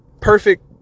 perfect